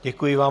Děkuji vám.